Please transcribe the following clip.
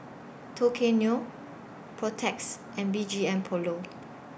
Tao Kae Noi Protex and B G M Polo